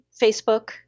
Facebook